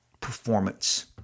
performance